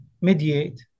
mediate